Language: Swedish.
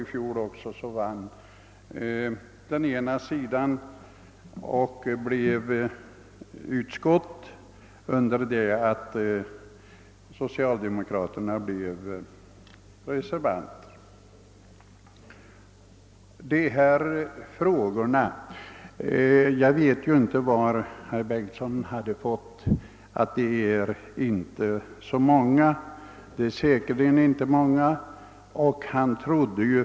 I fjol bildade de ledamöter av utskottet som stödde oss motionärer majoriteten, medan socialdemokraterna blev reservanter. Jag vet inte varifrån herr Bengtsson fått uppgiften att det inte är så många som är berörda av den fråga vi nu bebandlat.